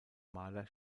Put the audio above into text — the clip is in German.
maler